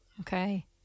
Okay